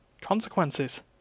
Consequences